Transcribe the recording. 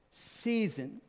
season